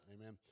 Amen